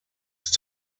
ist